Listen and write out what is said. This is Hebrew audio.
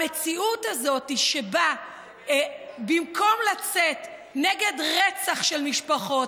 המציאות הזאת שבה במקום לצאת נגד רצח של משפחות,